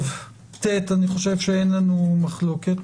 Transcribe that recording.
ט' חושב שאין לנו מחלוקת.